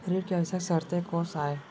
ऋण के आवश्यक शर्तें कोस आय?